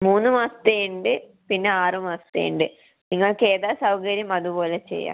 മൂന്ന് മാസത്തെ ഉണ്ട് പിന്നെ ആറ് മാസത്തെ ഉണ്ട് നിങ്ങൾക്ക് ഏതാ സൗകര്യം അതുപോലെ ചെയ്യാം